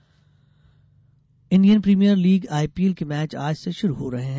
IPL Indian Premier League IPL के match आज से शुरू हो रहे हैं